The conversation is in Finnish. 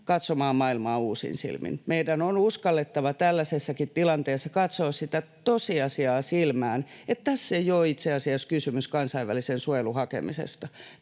katsomaan maailmaa uusin silmin. Meidän on uskallettava tällaisessakin tilanteessa katsoa sitä tosiasiaa silmään, että tässä ei ole itse asiassa kysymys kansainvälisen suojelun hakemisesta.